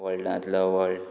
व्हडल्यांतलो व्हड